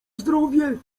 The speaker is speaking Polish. zdrowie